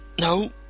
No